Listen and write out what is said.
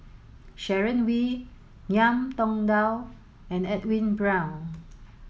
Sharon Wee Ngiam Tong Dow and Edwin Brown